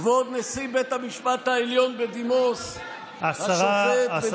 כבוד נשיא בית המשפט העליון בדימוס השופט בדימוס אהרן ברק,